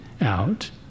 out